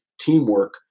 teamwork